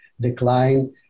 decline